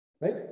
right